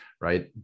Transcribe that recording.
Right